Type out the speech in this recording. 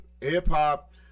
hip-hop